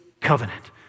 covenant